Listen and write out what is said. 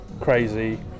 crazy